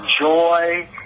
joy